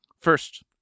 First